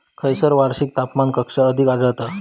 खैयसर वार्षिक तापमान कक्षा अधिक आढळता?